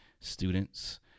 students